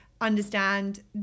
understand